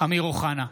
אמיר אוחנה,